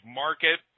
market